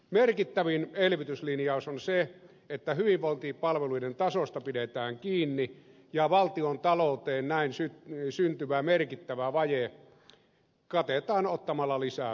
merkittävin elvytyslinjaus on se että hyvinvointipalveluiden tasosta pidetään kiinni ja valtiontalouteen näin syntyvä merkittävä vaje katetaan ottamalla lisää velkaa